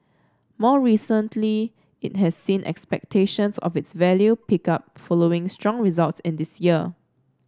more recently it has seen expectations of its value pick up following strong results on this year